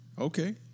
Okay